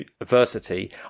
adversity